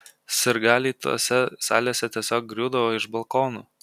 sirgaliai tose salėse tiesiog griūdavo iš balkonų